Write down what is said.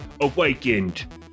Awakened